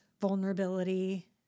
vulnerability